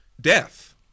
Death